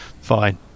Fine